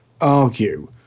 argue